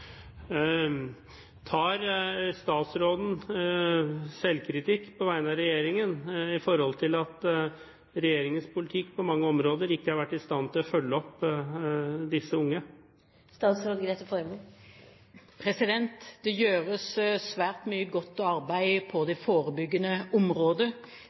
Tar statsråden selvkritikk på vegne av regjeringen i forhold til at man med regjeringens politikk på mange områder ikke har vært i stand til å følge opp disse unge? Det gjøres svært mye godt arbeid på